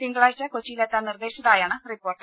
തിങ്കളാഴ്ച കൊച്ചിയിലെത്താൻ നിർദ്ദേശിച്ചതായാണ് റിപ്പോർട്ട്